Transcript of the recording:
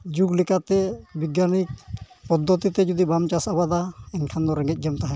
ᱡᱩᱜᱽ ᱞᱮᱠᱟᱛᱮ ᱵᱤᱜᱽᱜᱟᱱᱤᱠ ᱯᱚᱫᱽᱫᱷᱚᱛᱤᱛᱮ ᱡᱩᱫᱤ ᱵᱟᱢ ᱪᱟᱥ ᱟᱵᱟᱫᱟ ᱮᱱᱠᱷᱟᱱ ᱫᱚ ᱨᱮᱸᱜᱮᱡ ᱜᱮᱢ ᱛᱟᱦᱮᱱᱟ